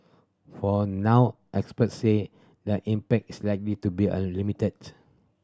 for now experts say that impact is likely to be a limited